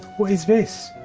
what is this?